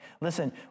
Listen